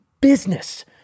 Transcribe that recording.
business